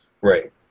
Right